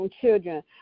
children